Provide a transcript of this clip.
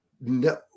No